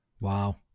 Wow